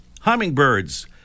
hummingbirds